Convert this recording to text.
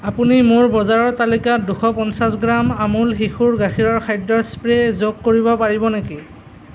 আপুনি মোৰ বজাৰৰ তালিকাত দুশ পঞ্চাছ গ্ৰাম আমূল শিশুৰ গাখীৰৰ খাদ্যৰ স্প্ৰে' যোগ কৰিব পাৰিব নেকি